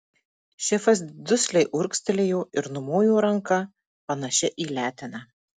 šefas dusliai urgztelėjo ir numojo ranka panašia į leteną